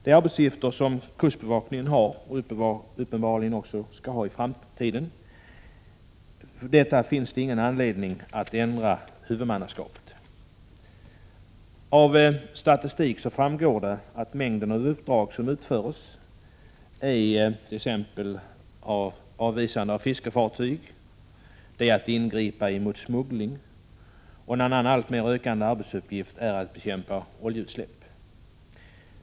De arbetsuppgifter kustbevakningen har och uppenbarligen också skall ha i framtiden, ger inte anledning till att ändra huvudmannaskapet. Av statistik framgår att många av de uppdrag som utförs gäller t.ex. avvisande av fiskefartyg och ingripande emot smuggling. En annan alltmer ökande arbetsuppgift är att bekämpa oljeutsläpp.